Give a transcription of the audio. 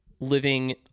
living